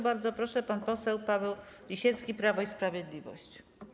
Bardzo proszę, pan poseł Paweł Lisiecki, Prawo i Sprawiedliwość.